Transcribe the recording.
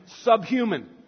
subhuman